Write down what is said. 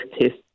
tests